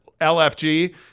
LFG